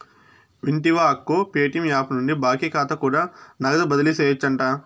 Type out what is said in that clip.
వింటివా అక్కో, Paytm app నుండి బాకీ కాతా కూడా నగదు బదిలీ సేయొచ్చంట